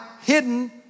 hidden